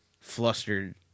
flustered